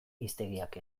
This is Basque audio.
hiztegiak